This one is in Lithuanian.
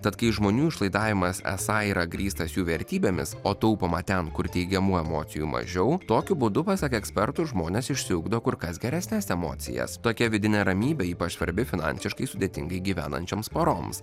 tad kai žmonių išlaidavimas esą yra grįstas jų vertybėmis o taupoma ten kur teigiamų emocijų mažiau tokiu būdu pasak ekspertų žmonės išsiugdo kur kas geresnes emocijas tokia vidinė ramybė ypač svarbi finansiškai sudėtingai gyvenančioms poroms